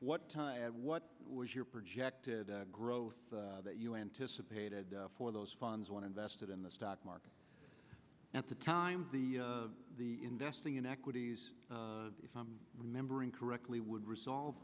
what time and what was your projected growth that you anticipated for those funds one invested in the stock market at the time the the investing in equities if i'm remembering correctly would resolve